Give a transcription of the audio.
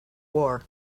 war